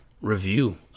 review